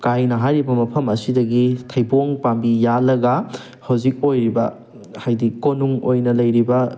ꯀꯥꯏꯅ ꯍꯥꯏꯔꯤꯕ ꯃꯐꯝ ꯑꯁꯤꯗꯒꯤ ꯊꯩꯕꯣꯡ ꯄꯥꯝꯕꯤ ꯌꯥꯜꯂꯒ ꯍꯧꯖꯤꯛ ꯑꯣꯏꯔꯤꯕ ꯍꯥꯏꯗꯤ ꯀꯣꯅꯨꯡ ꯑꯣꯏꯅ ꯂꯩꯔꯤꯕ